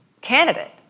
candidate